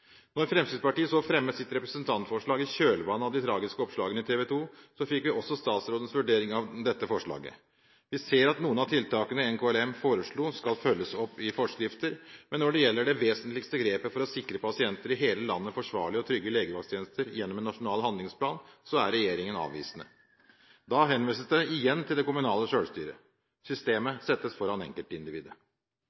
når det gjaldt legevakt, men skuffelsen ble stor. Regjeringen hadde i liten grad fulgt opp anbefalingene fra kompetansesenteret, men framholdt at de vurderte de foreslåtte tiltakene. Da Fremskrittspartiet så fremmet sitt representantforslag i kjølvannet av de tragiske oppslagene i TV 2, fikk vi også statsrådens vurdering av dette forslaget. Vi ser at noen av tiltakene Nasjonalt kompetansesenter for legevaktmedisin foreslo, skal følges opp i forskrifter. Når det gjelder det vesentligste grepet for å sikre pasienter i hele landet forsvarlig og trygge legevakttjenester